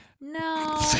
no